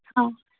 ಹಾಂ